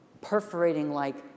perforating-like